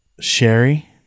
sherry